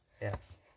Yes